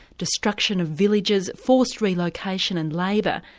destruction of villages, forced relocation and labour.